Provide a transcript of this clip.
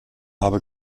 habe